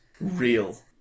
real